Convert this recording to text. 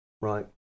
right